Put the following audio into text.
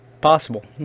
possible